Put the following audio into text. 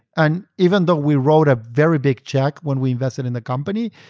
and even though we wrote a very big check when we invested in the company,